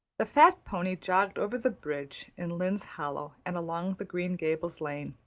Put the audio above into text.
the fat pony jogged over the bridge in lynde's hollow and along the green gables lane.